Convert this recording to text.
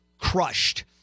crushed